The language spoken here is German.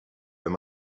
wenn